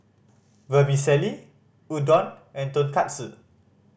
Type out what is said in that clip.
Vermicelli Udon and Tonkatsu